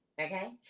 Okay